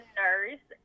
nurse